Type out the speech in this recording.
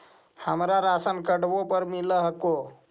हमरा राशनकार्डवो पर मिल हको?